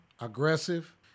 aggressive